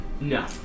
No